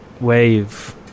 wave